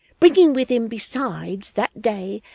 bringing with him besides, that day,